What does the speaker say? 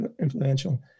influential